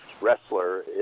wrestler